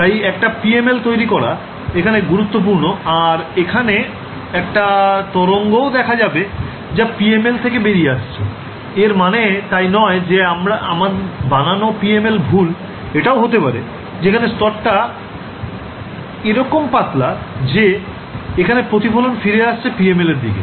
তাই একটা PML তৈরি করা এখানে গুরুত্বপূর্ণ আর এখানে একটা তরঙ্গও দেখা যাবে যা PML থেকে বেরিয়ে আসছে এর মানে তাই নয় যে আমার বানানো PMLভুল এটাও হতে পারে যে এখানে স্তর টা এরকম পাতলা যে এখানে প্রতিফলন ফিরে আসছে PML এর দিকে